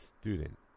student